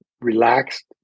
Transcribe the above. relaxed